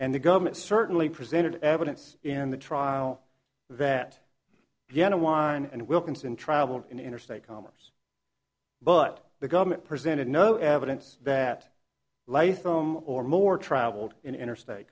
and the government certainly presented evidence in the trial that began to whine and wilkinson traveled in interstate commerce but the government presented no evidence that life from or more traveled in interstate